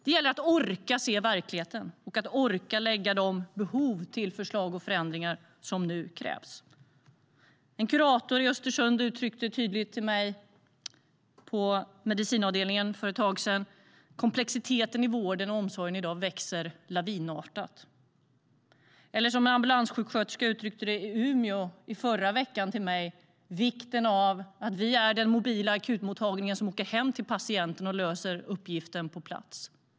Det gäller att orka se verkligheten och att orka lägga fram de förslag på förändringar som nu krävs. En kurator i Östersund på medicinavdelningen uttryckte tydligt till mig för ett tag sedan att komplexiteten i vården och omsorgen växer lavinartat. En ambulanssjuksköterska i Umeå uttryckte i förra veckan till mig vikten av den mobila akutmottagningen som åker hem till patienten och löser uppgiften på plats.